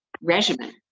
regimen